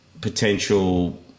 potential